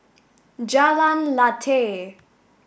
Jalan Lateh